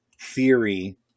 theory